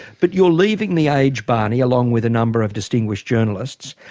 but you're leaving the age, barney, along with a number of distinguished journalists.